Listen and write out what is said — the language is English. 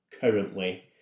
currently